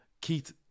Keith